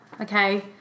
Okay